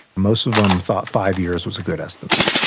most of them thought five years was a good estimate,